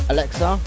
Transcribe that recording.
Alexa